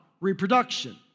Reproduction